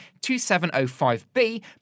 2705B